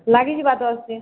ଲାଗିଯିବା ଦଶ୍ ଦିନ୍